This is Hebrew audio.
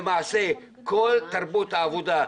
למעשה כל תרבות העבודה,